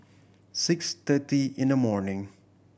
six thirty in the morning